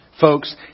folks